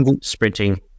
Sprinting